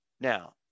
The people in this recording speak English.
Now